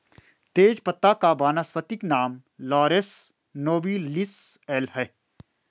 तेजपत्ता का वानस्पतिक नाम लॉरस नोबिलिस एल है